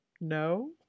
no